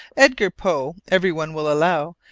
edgar poe, every one will allow,